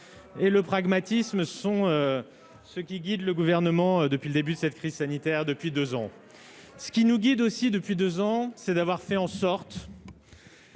et le pragmatisme sont ce qui guide le Gouvernement depuis le début de cette crise sanitaire il y a deux ans. Ce qui nous guide aussi depuis deux ans, c'est le souci d'assurer